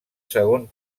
segon